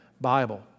bible